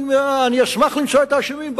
אני אשמח למצוא את האשמים.